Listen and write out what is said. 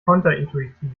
konterintuitiv